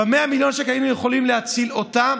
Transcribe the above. ב-100 מיליון שקל היינו יכולים להציל אותה,